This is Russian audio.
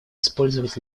использовать